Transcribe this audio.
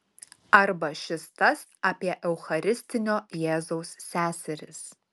arba šis tas apie eucharistinio jėzaus seseris